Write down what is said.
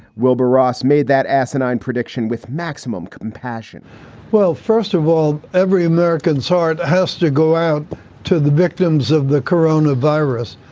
wilbur ross made that asinine prediction with maximum compassion well, first of all, every american's heart has to go out to the victims of the corona virus.